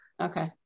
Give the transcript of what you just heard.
Okay